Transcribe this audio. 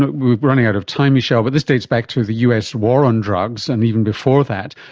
we're running out of time michel, but this dates back to the us war on drugs and even before that.